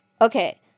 Okay